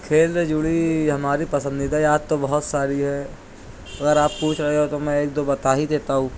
کھیل سے جڑی ہماری پسندیدہ یاد تو بہت ساری ہے اگر آپ پوچھ رہے ہو تو میں ایک دو بتا ہی دیتا ہوں